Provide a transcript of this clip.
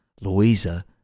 Louisa